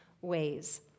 ways